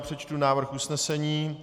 Přečtu návrh usnesení.